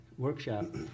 Workshop